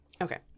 Okay